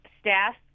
staff